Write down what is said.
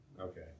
Okay